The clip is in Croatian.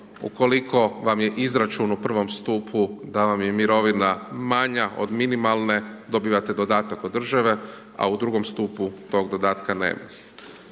ukoliko vam je izračun u prvom stupu da vam je mirovina manja od minimalne, dobivate dodatak od države a u drugom stupu tog dodatka nema.